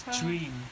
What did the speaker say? dream